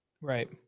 right